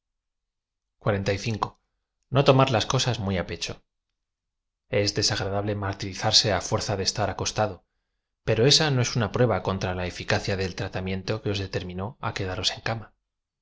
no tomar la t coa muy á pecho es desagradable martirizarse á fuerza de estar acostado pero esa no es una prueba contra la eñcacía del tratamiento que os determinó á quedaros en ia cama